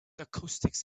acoustics